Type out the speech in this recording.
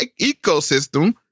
ecosystem